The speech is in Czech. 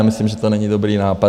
Já myslím, že to není dobrý nápad.